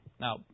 Now